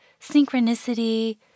synchronicity